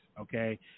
okay